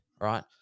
right